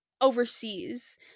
overseas